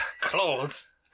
Clothes